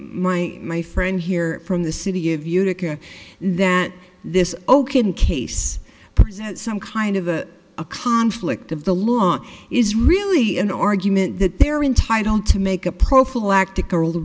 my my friend here from the city of utica that this oaken case present some kind of a a conflict of the law is really an argument that they're entitled to make a prophylactic or all the